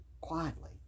Quietly